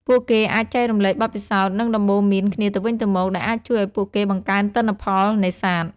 ពួកគេអាចចែករំលែកបទពិសោធន៍ និងដំបូន្មានគ្នាទៅវិញទៅមក ដែលអាចជួយឱ្យពួកគេបង្កើនទិន្នផលនេសាទ។